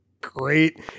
great